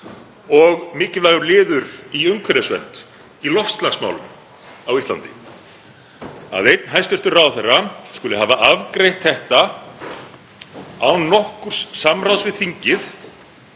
og mikilvægur liður í umhverfisvernd í loftslagsmálum á Íslandi. Að einn hæstv. ráðherra skuli hafa afgreitt þetta án nokkurs samráðs við þingið,